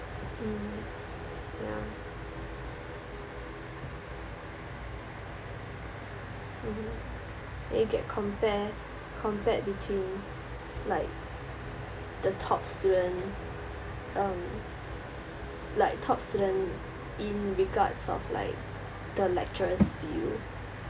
um ya mmhmm we get compare compared between like the top student um like top student in regards of like the lecturers' view